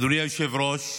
אדוני היושב-ראש,